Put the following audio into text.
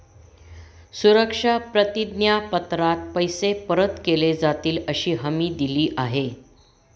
सुरक्षा प्रतिज्ञा पत्रात पैसे परत केले जातीलअशी हमी दिली आहे